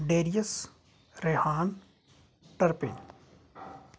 Darius Rehan Turpin